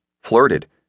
flirted